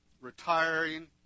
retiring